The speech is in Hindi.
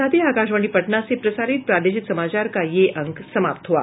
इसके साथ ही आकाशवाणी पटना से प्रसारित प्रादेशिक समाचार का ये अंक समाप्त हुआ